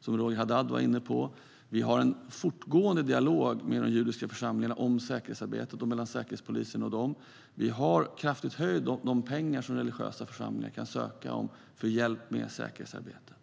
som Roger Haddad var inne på. Vi har en fortgående dialog med de judiska församlingarna om säkerhetsarbetet och mellan Säkerhetspolisen och dem. Vi har kraftigt ökat beloppet som de religiösa församlingarna kan söka för hjälp med säkerhetsarbetet.